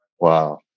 Wow